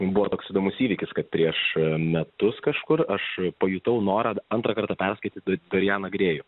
buvo toks įdomus įvykis kad prieš metus kažkur aš pajutau norą antrą kartą perskaityt dorijaną grėjų